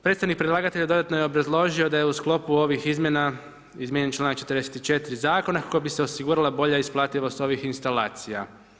Predstavnik predlagatelja dodatno je obrazložio da je u sklopu ovih izmjena izmijenjen čl. 44. zakona kako bi se osigurala bolja isplativost ovih instalacija.